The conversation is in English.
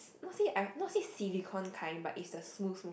not say I not say silicon kind but is the smooth smooth